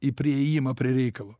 į priėjimą prie reikalo